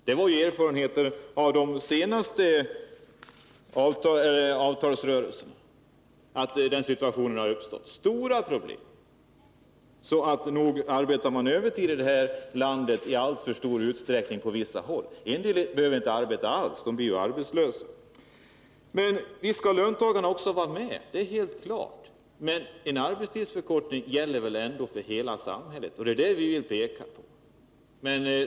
Det var erfarenheterna under den senaste avtalsrörelsen. Så nog arbetar man på övertid i alltför stor utsträckning på vissa håll. En del behöver inte arbeta alls — de är arbetslösa. Visst skall löntagarorganisationerna vara med i diskussionerna om en arbetstidsförkortning. Men frågan gäller hela samhället, och det är det som vi har pekat på.